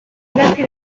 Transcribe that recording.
idatzi